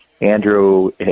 Andrew